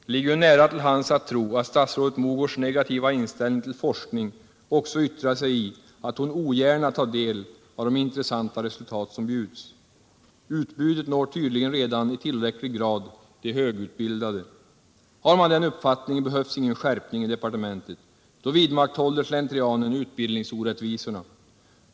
Det ligger ju nära till hands att tro att statsrådet Mogårds negativa inställning till forskning också yttrar sig i att hon ogärna tar del av de intressanta resultat som bjuds. Utbudet når tydligen redan i tillräcklig grad de högutbildade. Har man den uppfattningen behövs ingen skärpning i departementet. Då vidmakthåller slentrianen utbildningsorättvisorna.